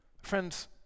Friends